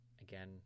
again